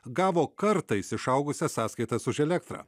gavo kartais išaugusias sąskaitas už elektrą